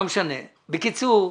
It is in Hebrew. בקיצור,